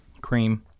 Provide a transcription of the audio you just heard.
cream